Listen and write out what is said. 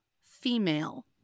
female